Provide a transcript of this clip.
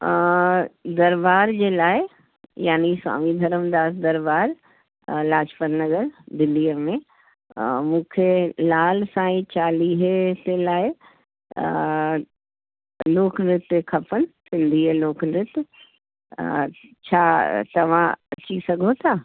हा दरबार जे लाइ यानि स्वामी धर्म दास दरबार लाजपत नगर दिल्लीअ में मूंखे लाल साईं चालीहे ते लाइ लोकनृत्य खपनि सिंधी लोकनृत्य खपनि छा तव्हां अची सघो था